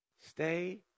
Stay